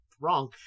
wrong